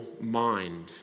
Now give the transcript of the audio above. mind